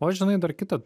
o žinai dar kita